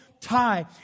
tie